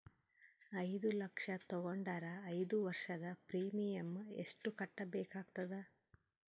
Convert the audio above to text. ಐದು ಲಕ್ಷ ತಗೊಂಡರ ಐದು ವರ್ಷದ ಪ್ರೀಮಿಯಂ ಎಷ್ಟು ಕಟ್ಟಬೇಕಾಗತದ?